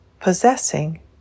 possessing